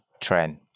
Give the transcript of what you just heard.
trend